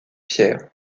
pierre